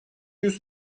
yüz